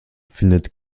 findet